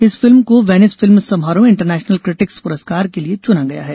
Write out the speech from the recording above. इस फिल्म को Venice film समारोह में इंटरनेशनल किटिक्स पुरस्कार के लिये चुना गया है